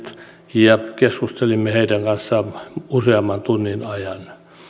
ja keskustelimme heidän kanssaan useamman tunnin ajan